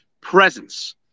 presence